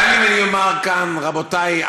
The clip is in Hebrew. גם אם אני אומר כאן: רבותי,